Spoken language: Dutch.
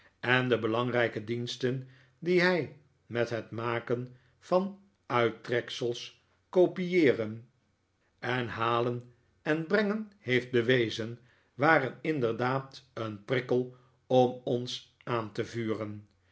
en de belangrijke diensten die hij met het maken van uittreksels kopieeren en halen en brengen heeft bewezen waren inderdaad een prikkel om ons aan te vuren